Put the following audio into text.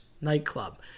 nightclub